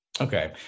Okay